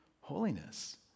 holiness